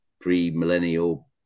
pre-millennial